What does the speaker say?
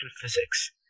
Physics